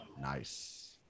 Nice